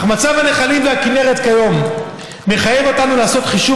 אך מצב הנחלים והכינרת כיום מחייב אותנו לעשות חישוב